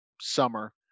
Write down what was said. summer